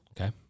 Okay